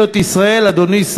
בכך הרשימה הסתיימה.